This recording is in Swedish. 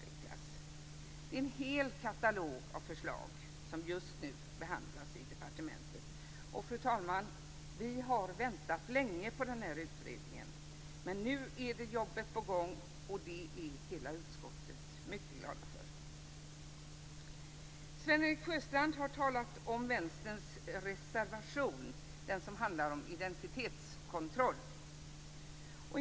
Det är en hel katalog av förslag som just nu behandlas i departementet. Fru talman! Vi har väntat länge på utredningen. Men nu är jobbet på gång, och det är hela utskottet mycket glad för. Sven-Erik Sjöstrand har talat om vänsterns reservation som handlar om identitetskontroll.